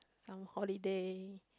some holiday